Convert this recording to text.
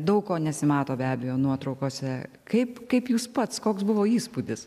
daug ko nesimato be abejo nuotraukose kaip kaip jūs pats koks buvo įspūdis